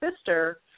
sister